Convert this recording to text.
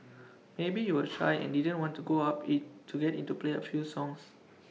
maybe you were shy and didn't want to go up to IT to get IT to play A few songs